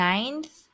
Ninth